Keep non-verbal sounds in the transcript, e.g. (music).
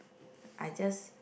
(breath) I just